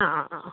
ആ ആ ആ ആ